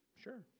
Sure